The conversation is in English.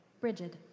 Bridget